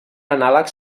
anàleg